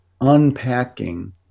unpacking